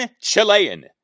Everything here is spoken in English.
Chilean